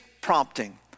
prompting